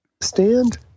Stand